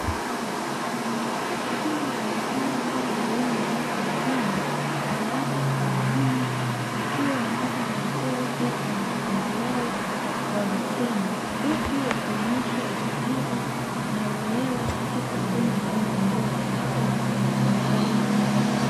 Kundi la wanafunzi elimu ya watu wazima wanawake kwa wanaume wakiwa wanapata maelekezo kutoka kwa mkufunzi wao kwa vitendo, huku wakionyesha usikivu na uelewa katika somo linalotolewa katika mahali hapo.